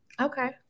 Okay